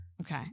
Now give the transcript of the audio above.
Okay